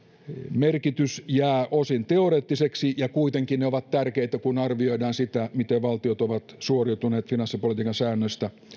merkitys jää osin teoreettiseksi ja kuitenkin ne ovat tärkeitä kun arvioidaan sitä miten valtiot ovat suoriutuneet finanssipolitiikan säännöistä